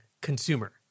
consumer